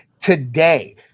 today